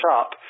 up